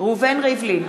ראובן ריבלין,